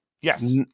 Yes